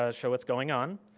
ah show what's going on.